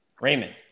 Raymond